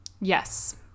Yes